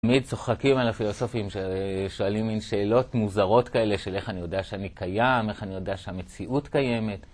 תמיד צוחקים על הפילוסופים ששואלים מין שאלות מוזרות כאלה של איך אני יודע שאני קיים, איך אני יודע שהמציאות קיימת.